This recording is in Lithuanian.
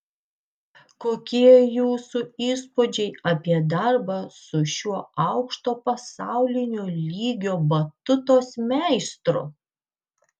kokie jūsų įspūdžiai apie darbą su šiuo aukšto pasaulinio lygio batutos meistru